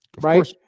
right